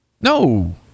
No